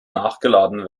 nachgeladen